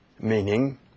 meaning